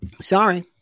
Sorry